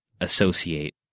associate